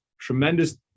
tremendous